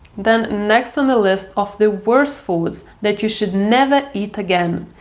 then, next on the list of the worst foods that you should never eat again,